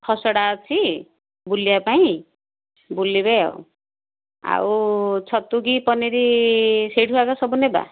ଖସଡ଼ା ଅଛି ବୁଲିବାପାଇଁ ବୁଲିବେ ଆଉ ଆଉ ଛତୁ କି ପନିର ସେଇଠୁ ଆଗ ସବୁ ନେବା